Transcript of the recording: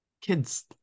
Kids